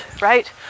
right